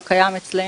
הוא קיים אצלנו,